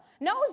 No